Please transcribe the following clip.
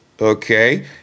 Okay